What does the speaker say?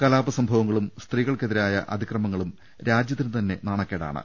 കലാപ സംഭവങ്ങളും സ്ത്രീകൾക്കെതിരായ അതിക്രമങ്ങളും രാജ്യത്തിനുതന്നെ നാണക്കേടാണ്